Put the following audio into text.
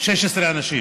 16 אנשים.